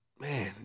man